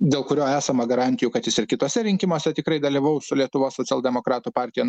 dėl kurio esama garantijų kad jis ir kituose rinkimuose tikrai dalyvaus su lietuvos socialdemokratų partija na